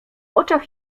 oczach